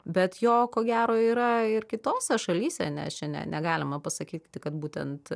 bet jo ko gero yra ir kitose šalyse nes čia ne negalima pasakyti kad būtent